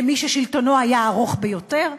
כמי ששלטונו היה הארוך ביותר,